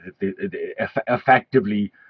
effectively